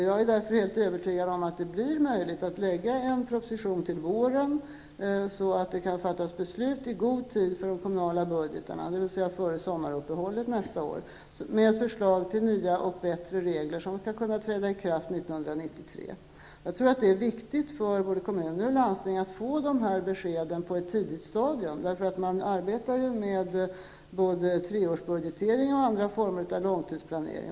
Jag är därför helt övertygad om att det blir möjligt att lägga fram en proposition till våren, så att beslut kan fattas i god tid innan de kommunala budgetarna fastställs, dvs. före sommaruppehållet nästa år, med förslag till nya och bättre regler som kan träda i kraft 1993. Jag tror att det är viktigt för våra kommuner och landsting att få besked på ett tidigt stadium, för man arbetar ju med både treårsbudgetering och andra former av långstidsplanering.